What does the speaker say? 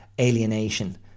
alienation